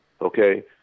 Okay